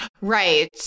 Right